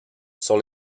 sont